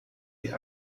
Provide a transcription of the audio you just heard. sie